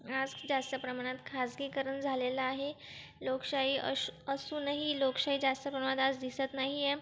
आज जास्त प्रमाणात खाजगीकरण झालेलं आहे लोकशाही असू असूनही लोकशाही जास्त प्रमाणात दिसत नाही आहे